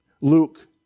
Luke